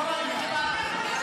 מתנגד.